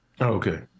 Okay